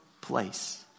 place